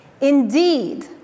indeed